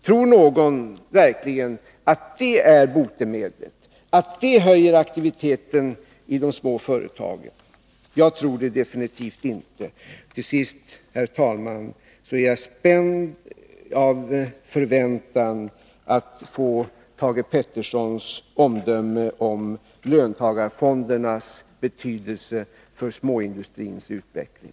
Tror någon verkligen att det är botemedlet när det gäller att höja aktiviteten i de små företagen? Jag tror det definitivt inte. Till sist, herr talman, är jag spänd av förväntan att få höra Thage Petersons omdöme om löntagarfondernas betydelse för småindustrins utveckling.